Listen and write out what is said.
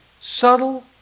subtle